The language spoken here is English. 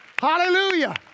Hallelujah